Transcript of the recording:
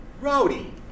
rowdy